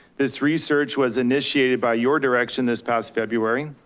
this research was initiated by your direction this past february.